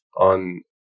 on